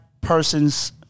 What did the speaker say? person's